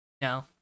No